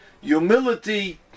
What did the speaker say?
Humility